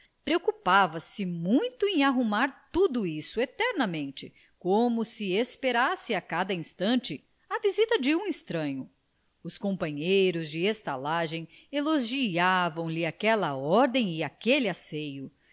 orelhas bambas preocupava se muito em arrumar tudo isso eternamente como se esperasse a cada instante a visita de um estranho os companheiros de estalagem elogiavam lhe aquela ordem e aquele asseio